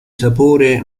sapore